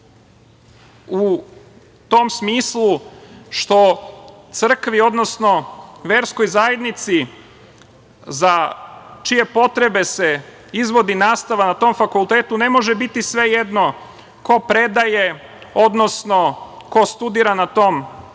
u tom smislu što Crkvi, odnosno verskoj zajednici za čije potrebe se izvodi nastava na tom fakultetu, ne može biti svejedno ko predaje, odnosno ko studira na tom fakultetu.